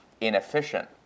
inefficient